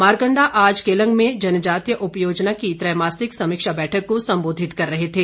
मारकंडा आज केलंग में जनजातीय उपयोजना की त्रैमासिक समीक्षा बैठक को संबोधित कर रहे थे